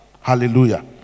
Hallelujah